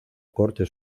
corte